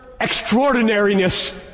extraordinariness